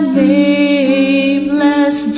nameless